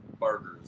burgers